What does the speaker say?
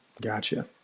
Gotcha